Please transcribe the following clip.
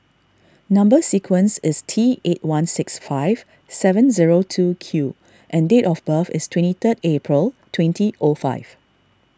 Number Sequence is T eight one six five seven zero two Q and date of birth is twenty third April twenty o five